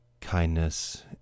kindness